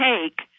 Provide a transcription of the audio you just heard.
take